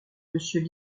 monsieur